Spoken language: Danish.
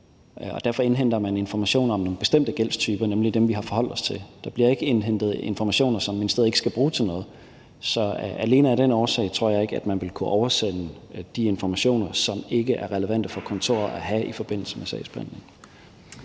og derfor indhenter man informationer om bestemte gældstyper, nemlig dem, vi har forholdt os til. Der bliver ikke indhentet informationer, som ministeriet ikke skal bruge til noget. Så alene af den årsag tror jeg ikke, man ville kunne oversende de informationer, som ikke er relevante for kontoret at have i forbindelse med sagsbehandlingen.